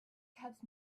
kept